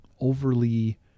overly